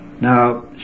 Now